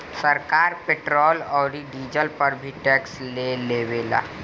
सरकार पेट्रोल औरी डीजल पर भी टैक्स ले लेवेला